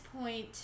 point